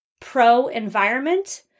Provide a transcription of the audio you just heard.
pro-environment